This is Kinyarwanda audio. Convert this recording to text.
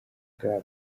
bwa